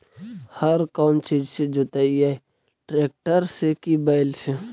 हर कौन चीज से जोतइयै टरेकटर से कि बैल से?